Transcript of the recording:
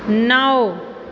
नओ